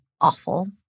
awful